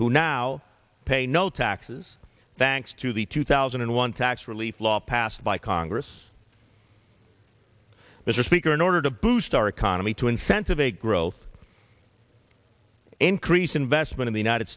who now pay no taxes thanks to the two thousand and one tax relief law passed by congress mr speaker in order to boost our economy to incentive a growth increase investment in the united